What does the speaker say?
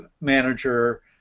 manager